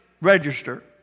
Register